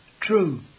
True